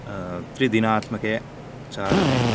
त्रिचिनात्मके चारणे